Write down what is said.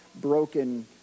broken